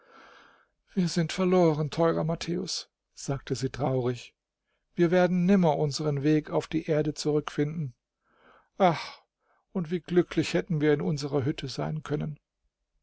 wir sind verloren teurer matthäus sagte sie traurig wir werden nimmer unseren weg auf die erde zurückfinden ach und wie glücklich hätten wir in unserer hütte sein können